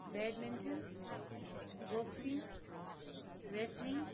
badminton boxing wrestling